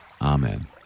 Amen